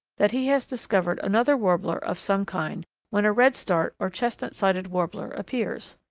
that he has discovered another warbler of some kind when a redstart or chestnut-sided warbler appears.